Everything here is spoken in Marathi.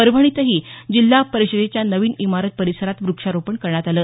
परभणीतही जिल्हा परिषदेच्या नवीन इमारत परिसरात वृक्षारोपण करण्यात आलं